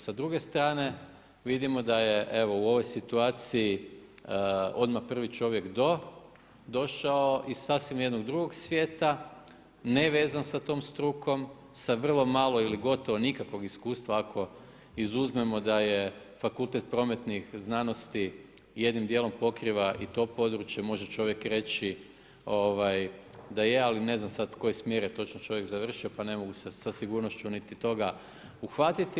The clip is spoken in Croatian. Sa druge strane vidimo da je u ovoj situaciji odmah prvi čovjek do došao iz sasvim jednog drugog svijeta, nevezan sa tom strukom, sa vrlo malo ili gotovo nikakvog iskustva ako izuzmemo da je fakultet Prometnih znanosti jednim djelom pokriva i to područje, može čovjek reći da je, ali ne znam sad koji smjer je točno čovjek završio pa ne mogu se sa sigurnošću toga niti uhvatiti.